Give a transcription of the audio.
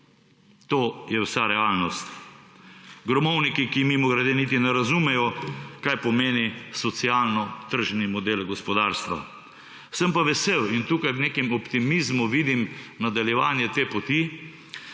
To je vsa realnost. Gromovniki, ki – mimogrede – niti ne razumejo, kaj pomeni socialno tržni model gospodarstva. Sem pa vesel in tukaj v nekem optimizmu vidim nadaljevanje te poti,